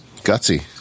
Gutsy